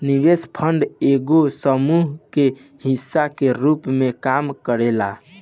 निवेश फंड एगो समूह के हिस्सा के रूप में काम करेला